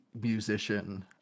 musician